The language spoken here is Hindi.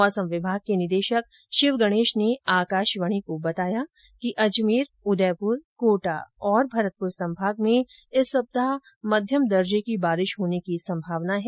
मौसम विभाग के निदेशक शिव गणेश ने आकाशवाणी को बताया कि अजमेर उदयपुर कोटा और भरतपुर संभाग में इस सप्ताह मध्यम दर्जे की बारिश होने की संभावना है